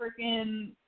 freaking